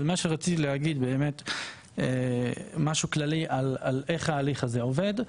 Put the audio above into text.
אבל רציתי להגיד משהו כללי על איך ההליך הזה עובד.